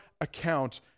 account